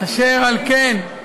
אשר על כן,